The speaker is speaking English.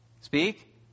speak